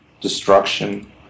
Destruction